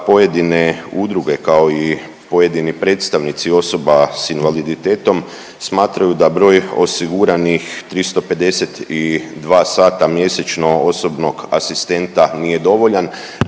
pojedine udruge, kao i pojedini predstavnici osoba s invaliditetom smatraju da broj osiguranih 352 sata mjesečno osobnog asistenta nije dovoljan,